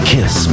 Kiss